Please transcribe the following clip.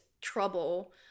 trouble